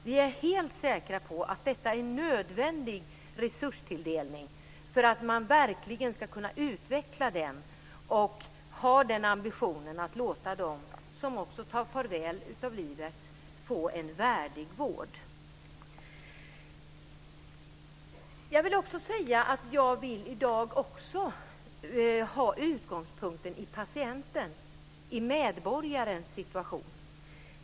Vi är helt säkra på att detta är en nödvändig resurstilldelning för att man verkligen ska kunna utveckla den och ha den ambitionen att låta dem som tar farväl av livet få en värdig vård. Jag vill i dag ha utgångspunkten i patientens, i medborgarens, situation.